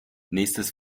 nächstes